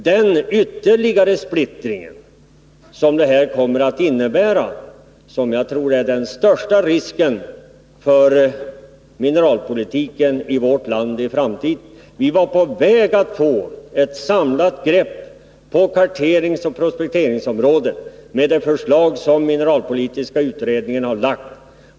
Den ytterligare splittring, som detta förslags genomförande kommer att innebära, tror jag är den största risken för den framtida mineralpolitiken i vårt land. Vi var på väg att få ett samlat grepp om karteringsoch prospekteringsområdet med det förslag som mineralpolitiska utredningen lagt fram.